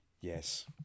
Yes